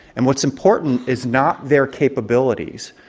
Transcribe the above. and what's important is not their capabilities,